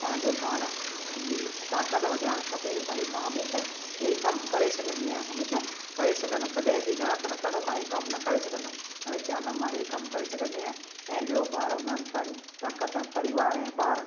पंहिंजो पाण जी ताक़त वधाइणु खपे भाई मां हमेशह इहे कमु करे सघंदी आहियां हमेशह करे सघंदमि कॾहिं बि न मां हे कमु न करे सघंदमि हमेशह चवंदमि मां इहे कमु करे सघंदी आहियां ऐं ॿियो ॿार हूंदा आहिनि पहिरियों ताक़त परिवार ऐं ॿार